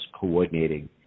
coordinating